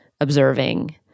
observing